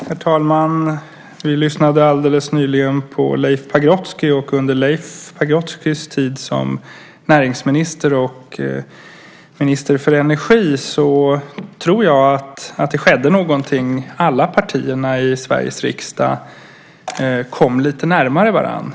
Herr talman! Vi lyssnade alldeles nyligen på Leif Pagrotsky. Under Leif Pagrotskys tid som näringsminister och minister för energi tror jag att det skedde något. Alla partierna i Sveriges riksdag kom lite närmare varandra.